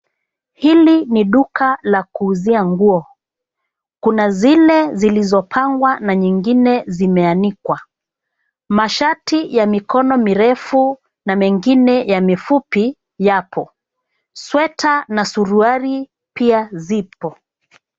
Hili ni duka la kuuzia nguo, kuna zile zilizopangwa na nyingine zimeanikwa. Mashati ya mikono mirefu na mengine ya mifupi yapo, sweta na suruali pia zipo.